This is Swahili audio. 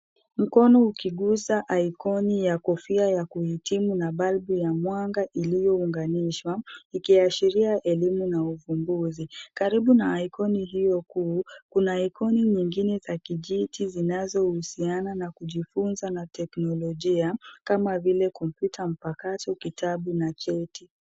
Mkono ukiguza icon ya kofia ya kuhitimu na balbu ya mwanga iliyounganishwa ikiashiria elimu na uvumbuzi. Karibu na icon hiyo kuu, kuna icon nyingine za kijiji zinazohusiana na kujifunza na teknolojia kama vile kompyuta mpakato, kitabu na cheti.